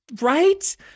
Right